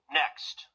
next